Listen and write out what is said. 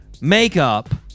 makeup